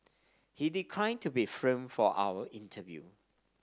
he declined to be filmed for our interview